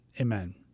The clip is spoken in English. Amen